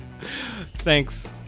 Thanks